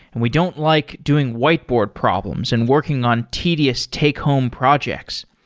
and we don't like doing whiteboard problems and working on tedious take home projects.